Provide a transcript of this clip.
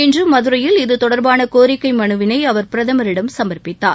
இன்று மதுரையில் இத்தொடர்பான கோரிக்கை மனுவினை அவர் பிரதமரிடம் சுமர்ப்பித்தார்